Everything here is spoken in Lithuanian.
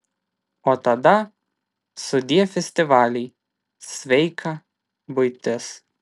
o tada sudie festivaliai sveika buitis